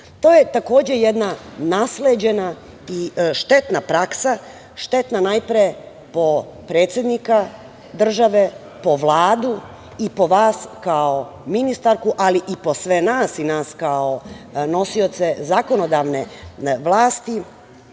je takođe jedna nasleđena i štetna praksa, štetna najpre po predsednika države, po Vladu i po vas kao ministarku, ali po sve nas i nas kao nosioce zakonodavne vlasti